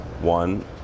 one